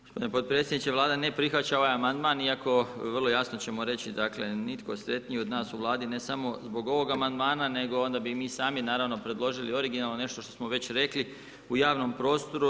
Gospodine potpredsjedniče, Vlada ne prihvaća ovaj amandman iako vrlo jasno ćemo reći dakle, nitko sretniji od nas u Vladi ne samo zbog ovoga amandmana nego onda bi i mi sami naravno predložili originalno nešto što smo već rekli u javnom prostoru.